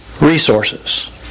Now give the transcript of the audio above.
resources